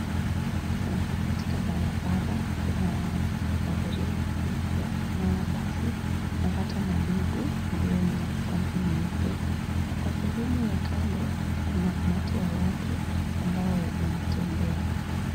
Hapa katika barabara, kuna magari ya abiria, inayo basi na hata madogo ambayo ni ya rangi nyeupe. Na kwenye sehemu ya kando, kuna umati wa watu ambao unatembea.